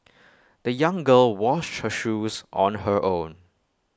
the young girl washed her shoes on her own